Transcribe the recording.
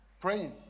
praying